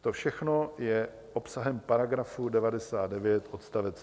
To všechno je obsahem § 99 odst.